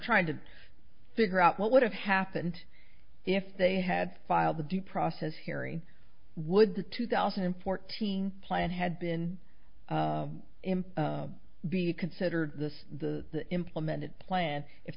trying to figure out what would have happened if they had filed the due process harry would the two thousand and fourteen plan had been him be considered this the implemented plan if